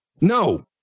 No